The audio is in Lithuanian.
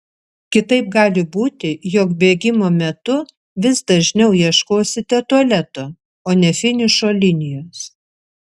kitaip gali būti jog bėgimo metu vis dažniau ieškosite tualeto o ne finišo linijos